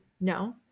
No